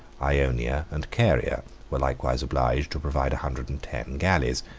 ionia, and caria, were likewise obliged to provide a hundred and ten galleys.